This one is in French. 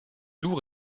lourd